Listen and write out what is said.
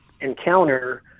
encounter